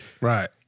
right